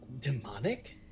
Demonic